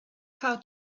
how